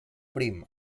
prim